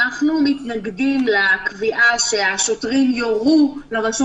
אנחנו מתנגדים לקביעה שהשוטרים יורו לרשות